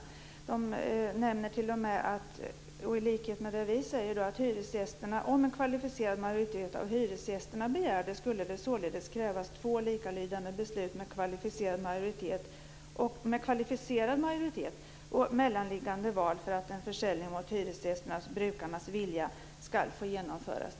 Man nämner t.o.m. i likhet med det vi säger att om en kvalificerad majoritet av hyresgästerna begär det skulle det således krävas två likalydande beslut med kvalificerad majoritet och mellanliggande val för att en försäljning mot hyresgästernas-brukarnas vilja ska få genomföras.